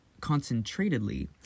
concentratedly